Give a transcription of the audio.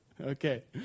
Okay